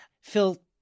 Phil